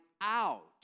out